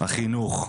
החינוך,